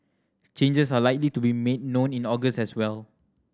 changes are likely to be made known in August as well